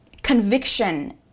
conviction